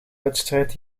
wedstrijd